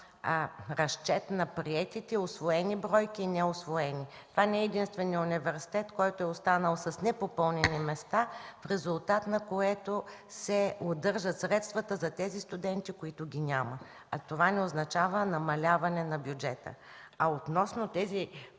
разчет на приетите усвоени и неусвоени бройки. Това не е единственият университет, който е останал с непопълнени места, в резултат на което се удържат средствата за студентите, които ги няма. Това не означава намаляване на бюджета. Относно тези